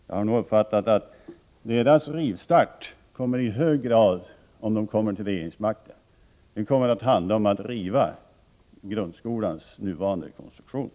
Jag har uppfattat att moderaternas rivstart, om de får regeringsmakten, i hög grad kommer att handla om att riva grundskolans nuvarande konstruktion.